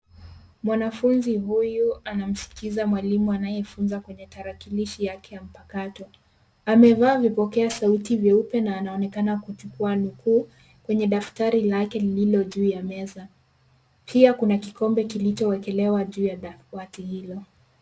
Mwanafunzi huyu anamsikiza mwalimu anayefunza kwenye tarakilishi yake ya mpakato . Amevaa vipokea sauti vyeupe na anaonekana kuchukua nukuu kwenye daftari lake lililo juu ya meza , pia kuna kikombe kilichowekelewa juu ya dawati hilo.